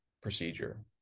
procedure